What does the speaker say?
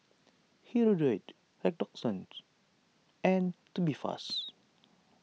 Hirudoid Redoxon and Tubifast